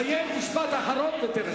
סיימת את הדברים שלך.